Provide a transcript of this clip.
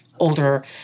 older